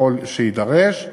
ככל שיידרש,